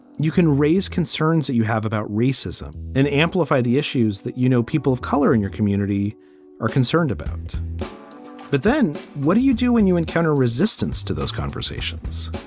you can raise concerns that you have about racism and amplify the issues that, you know, people of color in your community are concerned about but then what do you do when you encounter resistance to those conversations?